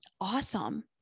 Awesome